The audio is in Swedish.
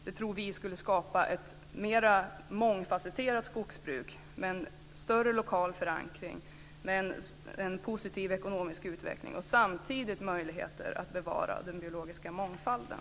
Det tror vi skulle skapa ett mer mångfasetterat skogsbruk med en större lokal förankring och en positiv ekonomisk utveckling och samtidigt ge möjligheter att bevara den biologiska mångfalden.